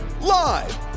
Live